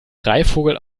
greifvogel